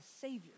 savior